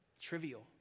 trivial